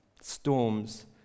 storms